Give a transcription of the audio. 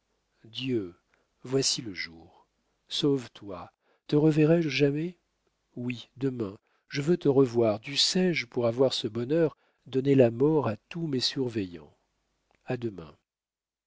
voici le jour sauve-toi te reverrai-je jamais oui demain je veux te revoir dussé-je pour avoir ce bonheur donner la mort à tous mes surveillants a demain